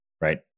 right